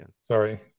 Sorry